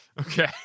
Okay